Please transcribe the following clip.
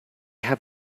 have